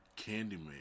Candyman